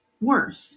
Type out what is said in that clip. worth